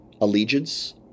allegiance